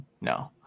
No